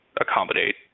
accommodate